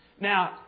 Now